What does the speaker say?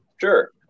Sure